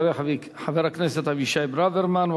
יעלה חבר הכנסת אבישי ברוורמן,